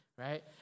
right